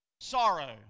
sorrow